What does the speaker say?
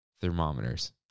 thermometers